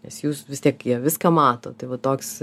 nes jūs vis tiek jie viską mato tai va toks